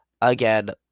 again